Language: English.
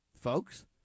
folks